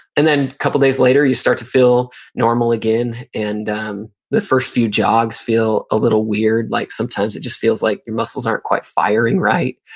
and then a couple days later, you start to feel normal again and the first few jogs feel a little weird. like sometimes it just feels like your muscles aren't quite firing right.